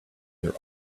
their